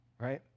right